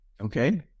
Okay